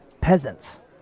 Peasants